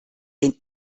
den